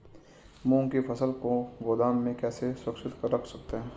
मूंग की फसल को गोदाम में कैसे सुरक्षित रख सकते हैं?